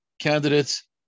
candidates